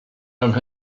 have